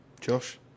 Josh